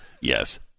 Yes